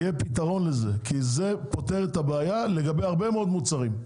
יהיה פתרון לזה כי זה פותר את הבעיה לגבי הרבה מאוד מוצרים.